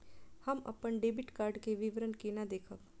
हम अपन debit card के विवरण केना देखब?